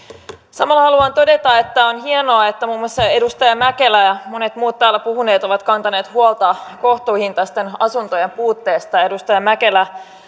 samalla haluan todeta että on hienoa että muun muassa edustaja mäkelä ja monet muut täällä puhuneet ovat kantaneet huolta kohtuuhintaisten asuntojen puutteesta edustaja mäkelä